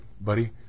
buddy